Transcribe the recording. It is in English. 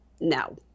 No